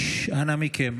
אנא מכם.